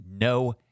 no